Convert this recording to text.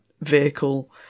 vehicle